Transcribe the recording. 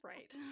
Right